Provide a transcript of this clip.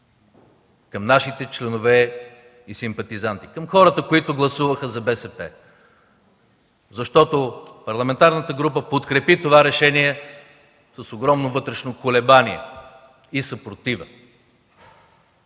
към нашите членове и симпатизанти, към хората, които гласуваха за БСП, защото парламентарната група подкрепи това решение с огромно вътрешно колебание и съпротива.